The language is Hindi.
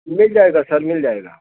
मिल जायेगा सर मिल जायेगा